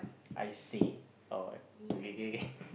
I say alright okay kay kay kay